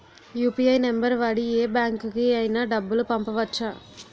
UPI number వాడి యే బ్యాంకుకి అయినా డబ్బులు పంపవచ్చ్చా?